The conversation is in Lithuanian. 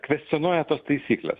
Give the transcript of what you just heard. kvestionuoja tas taisykles